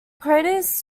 craters